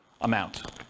amount